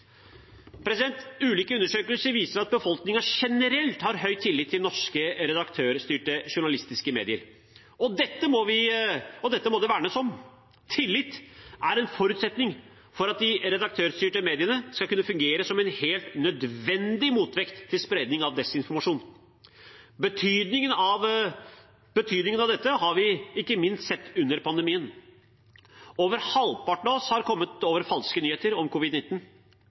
Ulike undersøkelser viser at befolkningen generelt har høy tillit til norske redaktørstyrte journalistiske medier. Og dette må det vernes om. Tillit er en forutsetning for at de redaktørstyrte mediene skal kunne fungere som en helt nødvendig motvekt til spredning av desinformasjon. Betydningen av dette har vi ikke minst sett nå under pandemien. Over halvparten av oss har kommet over falske nyheter om